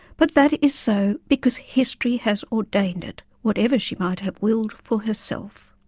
but that is so because history has ordained it, whatever she might have willed for herself.